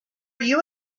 you